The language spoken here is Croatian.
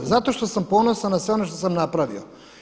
Zato što sam ponosan na sve ono što sam napravio.